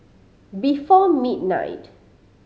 before midnight